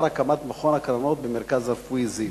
הקמת מכון הקרנות במרכז הרפואי "זיו"?